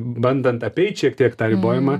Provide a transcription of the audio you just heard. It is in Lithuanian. bandant apeit šiek tiek tą ribojimą